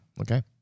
Okay